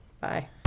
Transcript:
Bye